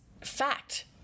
fact